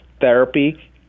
therapy